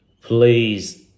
please